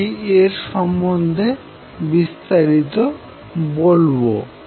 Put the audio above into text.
আম এর সম্বন্ধে বিস্তারিত বলবো